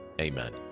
Amen